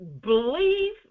believe